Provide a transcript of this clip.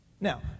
Now